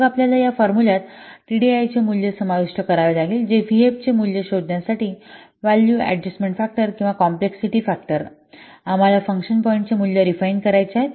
मग आपल्याला या फॉर्मुल्यात टीडीआयचे मूल्य समाविष्ट करावे लागेल जे व्हिएफचे मूल्य शोधण्यासाठी व्हॅल्यू अडजस्टमेन्ट फॅक्टर किंवा कॉम्प्लेक्सिटी ऍक्टर आम्हाला फंक्शन पॉईंटचे मूल्य रिफाइन करायचे आहे